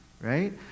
right